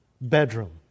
bedroom